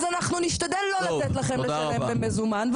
אז אנחנו נשתדל לא לתת לכם לשלם במזומן,